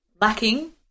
lacking